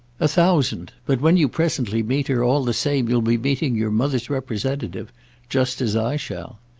a thousand but when you presently meet her, all the same you'll be meeting your mother's representative just as i shall.